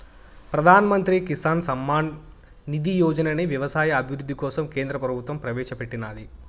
ప్రధాన్ మంత్రి కిసాన్ సమ్మాన్ నిధి యోజనని వ్యవసాయ అభివృద్ధి కోసం కేంద్ర ప్రభుత్వం ప్రవేశాపెట్టినాది